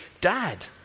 dad